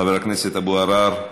חבר הכנסת אבו עראר,